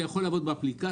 אתה יכול לעבוד באפליקציה.